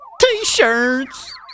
T-shirts